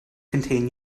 contain